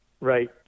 Right